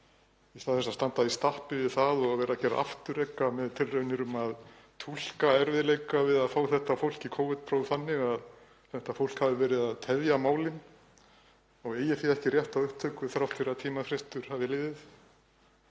í stað þess að standa í stappi við það og vera gerð afturreka með tilraunir til að túlka erfiðleika við að fá þetta fólk í Covid-próf þannig að það hafi verið að tefja málin og eigi því ekki rétt á upptöku þrátt fyrir að tímafrestur hafi liðið.